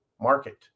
market